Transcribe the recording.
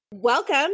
Welcome